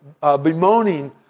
bemoaning